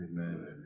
amen